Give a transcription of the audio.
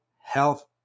health